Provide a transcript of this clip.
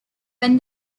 when